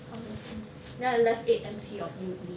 how many M_C then I left eight M_C of U_E